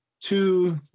two